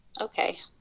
okay